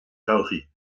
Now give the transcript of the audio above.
todhchaí